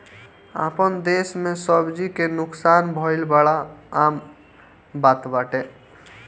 आपन देस में सब्जी के नुकसान भइल बड़ा आम बात बाटे